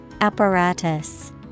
Apparatus